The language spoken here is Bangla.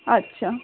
আচ্ছা